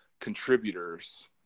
contributors